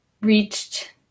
reached